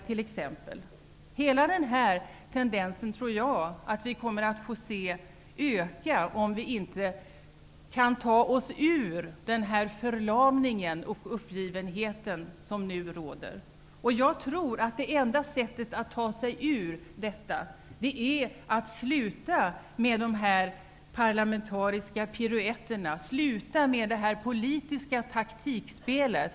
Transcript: Jag tror att vi kommer att få se dessa tendenser öka om vi inte kan ta oss ur den förlamning och den uppgivenhet som nu råder. Det enda sättet att ta sig ur detta är att sluta med dessa parlamentariska piruetter och det politiska taktikspelet.